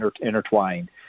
intertwined